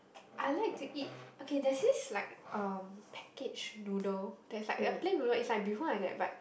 I like to eat okay there's this like um packaged noodle that is like a plain noodle it's like beehoon like that but